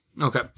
Okay